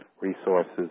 resources